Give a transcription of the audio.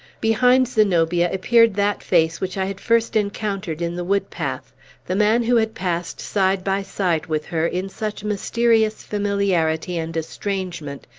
behind zenobia appeared that face which i had first encountered in the wood-path the man who had passed, side by side with her, in such mysterious familiarity and estrangement,